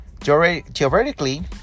theoretically